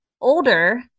older